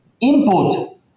input